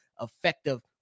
effective